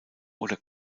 oder